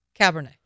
Cabernet